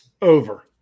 Over